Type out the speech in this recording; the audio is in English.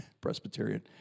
Presbyterian